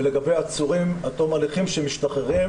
ולגבי עצורים עד תום הליכים שמשתחררים,